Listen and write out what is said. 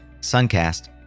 suncast